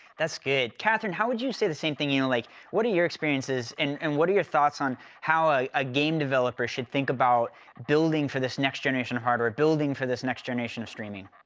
that's good. catherine, how would you say the same thing? you know like what are your experiences and and what are your thoughts on how a ah game developer should think about building for this next generation of hardware, building for this next generation of streaming.